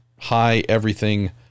high-everything